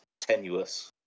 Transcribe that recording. tenuous